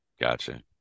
gotcha